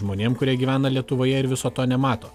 žmonėm kurie gyvena lietuvoje ir viso to nemato